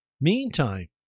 Meantime